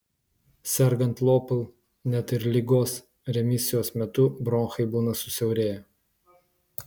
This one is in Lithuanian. sergant lopl net ir ligos remisijos metu bronchai būna susiaurėję